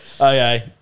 Okay